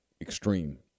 extreme